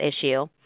issue